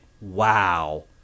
wow